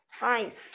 Nice